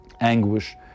anguish